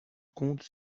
compte